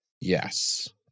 Yes